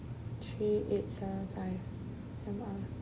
three eight seven five M_R